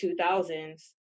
2000s